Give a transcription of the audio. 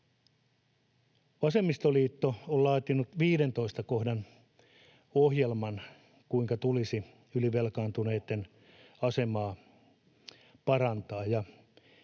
Vasemmistoliitto on laatinut 15 kohdan ohjelman, kuinka tulisi ylivelkaantuneitten asemaa parantaa,